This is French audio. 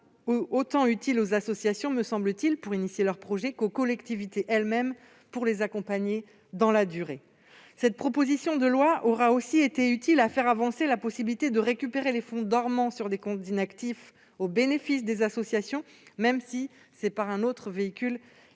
utile tant aux associations pour lancer leurs projets qu'aux collectivités pour les accompagner dans la durée. Cette proposition de loi aura aussi été utile pour faire avancer la possibilité de récupérer les fonds dormant sur des comptes inactifs au bénéfice des associations, même si cela s'effectue par un autre véhicule